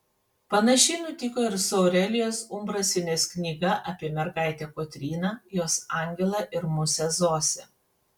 panašiai nutiko ir su aurelijos umbrasienės knyga apie mergaitę kotryną jos angelą ir musę zosę